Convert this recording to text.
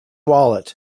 wallet